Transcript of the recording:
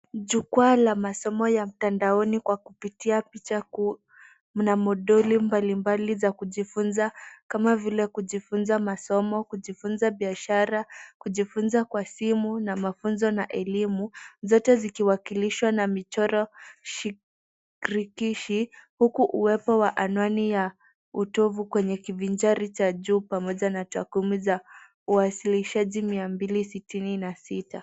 Jukwaa la masomo ya mtandaoni kwa kupitia picha kuu lina moduli mbalimbali za kujifunza, kama vile kujifunza masomo, kujifunza biashara, kujifunza kwa simu na mafunzo na elimu, zote zikiwakilishwa na michoro shirikishi, huku uwepo wa anwani ya utovu kwenye kivinjari cha juu pamoja na takuwimu za uwasilishaji 266.